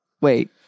Wait